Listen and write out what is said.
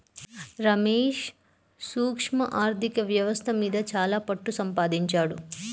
రమేష్ సూక్ష్మ ఆర్ధిక వ్యవస్థ మీద చాలా పట్టుసంపాదించాడు